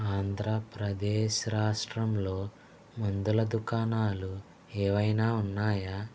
ఆంధ్రప్రదేశ్ రాష్ట్రంలో మందుల దుకాణాలు ఏవైనా ఉన్నాయా